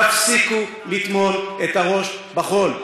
תפסיקו לטמון את הראש בחול.